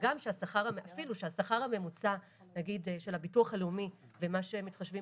אפילו שהשכר הממוצע של הביטוח הלאומי ומה שמתחשבים